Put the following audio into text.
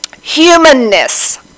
humanness